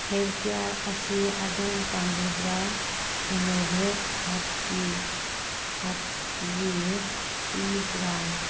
health care ꯑꯁꯤ ꯑꯗꯣꯝ ꯄꯥꯝꯕꯤꯕ꯭ꯔꯥ ꯏꯅꯣꯕꯦꯠ ꯍꯥꯞꯀꯤ ꯍꯥꯞꯒꯤ ꯀꯤ ꯕ꯭ꯔꯥꯟ